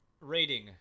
rating